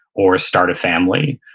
or start a family,